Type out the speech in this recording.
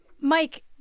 Mike